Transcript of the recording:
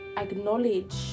acknowledge